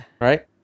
Right